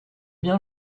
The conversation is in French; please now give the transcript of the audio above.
bien